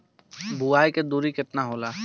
बुआई के दूरी केतना होला?